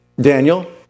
Daniel